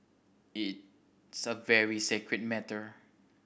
it a very sacred matter